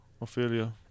Ophelia